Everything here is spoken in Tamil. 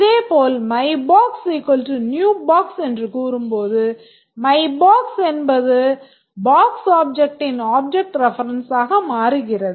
இதேபோல் myBox new Box என்று கூறும்போது myBox என்பது box ஆப்ஜெக்ட்டின் ஆப்ஜெக்ட் reference ஆக மாறுகிறது